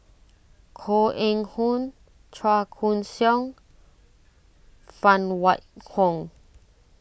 Koh Eng Hoon Chua Koon Siong Phan Wait Hong